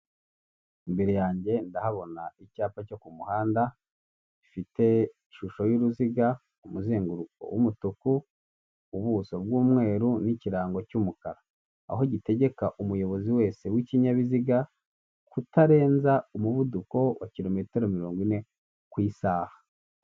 Imbere yanjye ndahabona icyapa cyo kumuhanda, gifite ishusho y'uruziga, umuzenguruko wumutuku, ubuso bw'umweru n'ikirango cy'umukara. Aho gitegeka umuyobozi wese w'ikinyabiziga, kutarenza umuvuduko wa kilometero mirongo ine ku isaha.